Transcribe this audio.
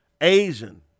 Asian